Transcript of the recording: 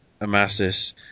Amasis